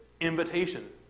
invitation